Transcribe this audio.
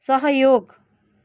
सहयोग